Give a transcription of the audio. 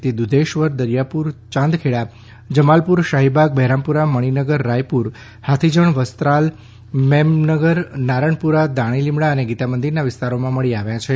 તે દૂધેશ્વર દરિયાપુર ચાંદખેડા જમાલપુર શાહીબાગ બહેરામપુરા મણીનગર રાયપુર હાથીજણ વસ્ત્રાલ મેમનગર નારાયણપુરા દાણીલીમડા અને ગીતામંદિરના વિસ્તારોમાં મળી આવ્યા છે